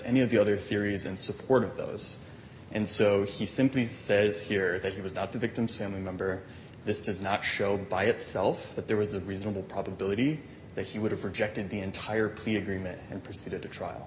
any of the other theories in support of those and so he simply says here that he was not the victim's family member this does not show by itself that there was a reasonable probability that he would have rejected the entire plea agreement and proceeded to trial